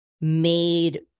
made